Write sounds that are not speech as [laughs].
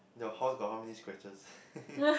your horse got how many scratches [laughs]